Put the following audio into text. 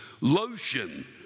Lotion